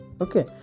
Okay